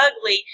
ugly